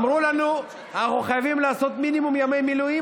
אמרו לנו שאנחנו חייבים לעשות מינימום ימי מילואים,